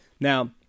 Now